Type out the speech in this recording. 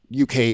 UK